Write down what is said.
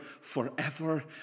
forever